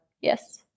Yes